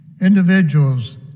Individuals